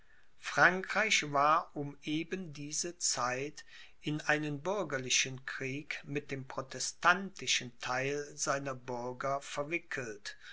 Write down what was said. frankreich war um eben diese zeit in einen bürgerlichen krieg mit dem protestantischen theil seiner bürger verwickelt